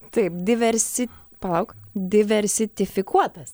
taip diversi palauk diversitifikuotas